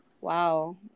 wow